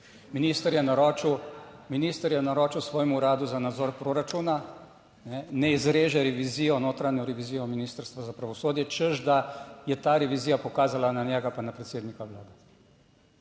minister je naročil svojem Uradu za nadzor proračuna, naj izreže revizijo, notranjo revizijo Ministrstva za pravosodje, češ da je ta revizija pokazala na njega pa na predsednika Vlade.